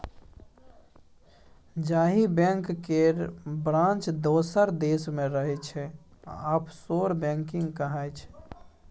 जाहि बैंक केर ब्रांच दोसर देश मे रहय छै आफसोर बैंकिंग कहाइ छै